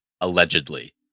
allegedly